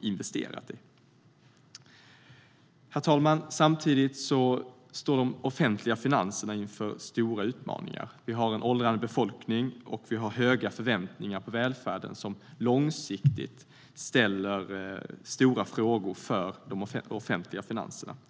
investerat i.Herr talman! Samtidigt står de offentliga finanserna inför stora utmaningar. Vi har en åldrande befolkning, och vi har höga förväntningar på välfärden som långsiktigt ställer stora frågor för de offentliga finanserna.